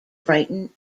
brighton